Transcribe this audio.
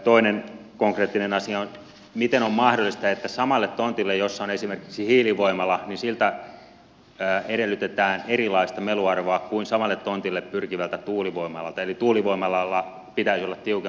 toinen konkreettinen asia on miten on mahdollista että samalla tontilla olevalta hiilivoimalalta edellytetään erilaista meluarvoa kuin samalle tontille pyrkivältä tuulivoimalalta eli tuulivoimalalla pitäisi olla tiukemmat meluarvot